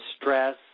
stress